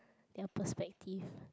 ya perspective